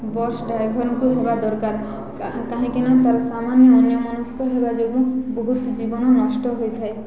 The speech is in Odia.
ବସ୍ ଡ୍ରାଇଭର୍ଙ୍କୁ ହେବା ଦରକାର କାହିଁକିନା ତାର ସାମାନ୍ୟ ଅନ୍ୟମନସ୍କ ହେବା ଯୋଗୁଁ ବହୁତ ଜୀବନ ନଷ୍ଟ ହୋଇଥାଏ